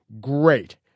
Great